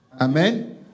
Amen